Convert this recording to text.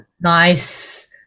nice